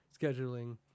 scheduling